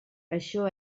això